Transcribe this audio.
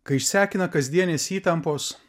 kai išsekina kasdienės įtampos